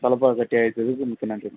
தலப்பாக்கட்டி நன்றி மேடம்